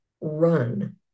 run